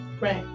right